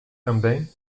também